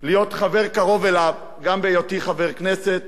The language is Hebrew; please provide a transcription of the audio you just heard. להיות חבר קרוב אליו, גם בהיותי חבר הכנסת